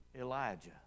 Elijah